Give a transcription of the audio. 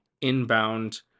inbound